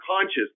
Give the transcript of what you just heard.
conscious